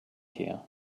here